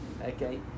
okay